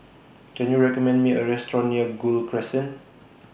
Can YOU recommend Me A Restaurant near Gul Crescent